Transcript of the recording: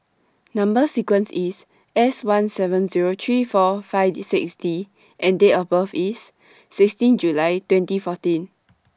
Number sequence IS S one seven Zero three four five six D and Date of birth IS sixteen July twenty fourteen